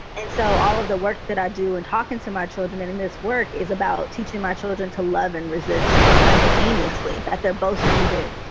and so all of the work that i do and talking to my children and in this work is about teaching my children to love and resist simultaneously, that they're both needed.